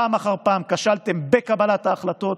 פעם אחר פעם כשלתם בקבלת ההחלטות